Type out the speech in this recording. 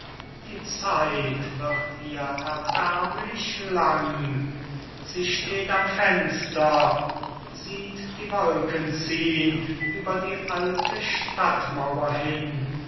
die zeit wird ihr erbärmlich lang sie steht am fenster sieht die wolken ziehn ueber die alte stadtmauer hin